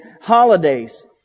holidays